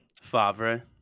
Favre